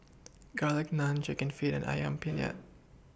Garlic Naan Chicken Feet and Ayam Penyet